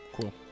Cool